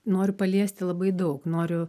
noriu paliesti labai daug noriu